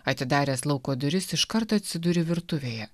atidaręs lauko duris iškart atsiduri virtuvėje